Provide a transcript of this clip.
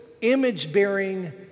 image-bearing